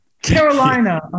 Carolina